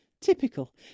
Typical